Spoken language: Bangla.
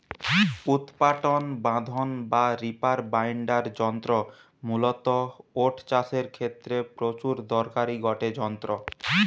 উৎপাটন বাঁধন বা রিপার বাইন্ডার যন্ত্র মূলতঃ ওট চাষের ক্ষেত্রে প্রচুর দরকারি গটে যন্ত্র